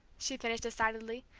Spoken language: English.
she finished decidedly,